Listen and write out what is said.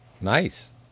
nice